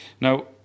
now